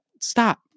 Stop